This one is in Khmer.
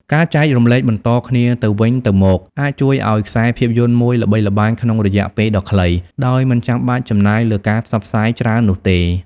ការចែករំលែកបន្តគ្នាទៅវិញទៅមក អាចជួយឱ្យខ្សែភាពយន្តមួយល្បីល្បាញក្នុងរយៈពេលដ៏ខ្លីដោយមិនចាំបាច់ចំណាយលើការផ្សព្វផ្សាយច្រើននោះទេ។